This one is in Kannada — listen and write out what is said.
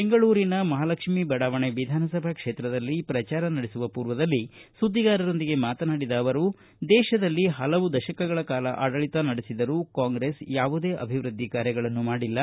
ಬೆಂಗಳೂರಿನ ಮಹಾಲಕ್ಷ್ಮಿ ಬಡಾವಣೆ ವಿಧಾನಸಭಾ ಕ್ಷೇತ್ರದಲ್ಲಿ ಪ್ರಚಾರ ನಡೆಸುವ ಪೂರ್ವದಲ್ಲಿ ಸುದ್ದಿಗಾರರೊಂದಿಗೆ ಮಾತನಾಡಿದ ಅವರು ದೇತದಲ್ಲಿ ಹಲವು ದಶಕಗಳ ಕಾಲ ಆಡಳಿತ ನಡೆಸಿದರೂ ಕಾಂಗ್ರೆಸ್ ಯಾವುದೇ ಅಭಿವೃದ್ದಿ ಕಾರ್ಯಗಳನ್ನು ಮಾಡಿಲ್ಲ